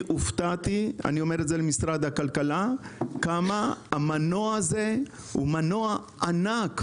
הופתעתי עד כמה המנוע הזה הוא ענק,